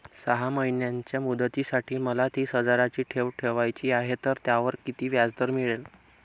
सहा महिन्यांच्या मुदतीसाठी मला तीस हजाराची ठेव ठेवायची आहे, तर त्यावर किती व्याजदर मिळेल?